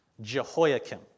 Jehoiakim